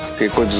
people